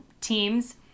teams